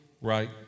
right